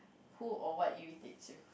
who or what irritates you